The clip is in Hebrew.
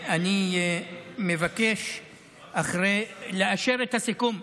אני מבקש לאשר את הסיכום.